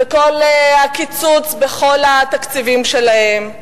זה כל הקיצוץ בכל התקציבים שלהם.